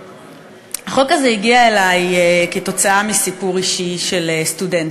החוק הזה הגיע אלי כתוצאה מסיפור אישי של סטודנטית.